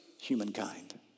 humankind